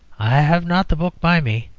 i have not the book by me,